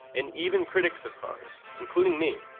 and even critics of cars, including me,